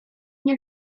nie